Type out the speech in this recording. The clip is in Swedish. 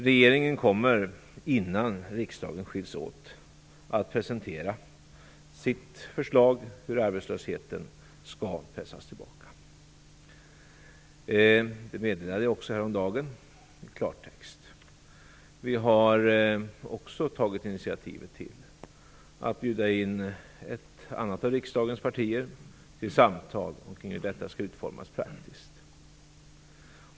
Regeringen kommer, innan riksdagen skiljs åt, att presentera sitt förslag för hur arbetslösheten skall pressas tillbaka. Det meddelade jag också häromdagen i klartext. Vi har också tagit initiativ till att bjuda in ett annat av riksdagens partier till samtal omkring hur detta skall utformas praktiskt.